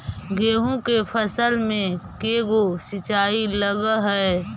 गेहूं के फसल मे के गो सिंचाई लग हय?